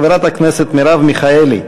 מאת חברת הכנסת מרב מיכאלי,